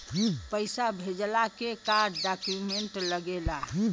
पैसा भेजला के का डॉक्यूमेंट लागेला?